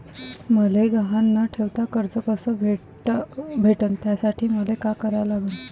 मले गहान न ठेवता कर्ज कस भेटन त्यासाठी मले का करा लागन?